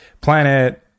planet